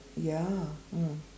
ya mm